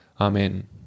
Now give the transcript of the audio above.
Amen